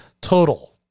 total